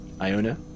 Iona